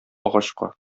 агачка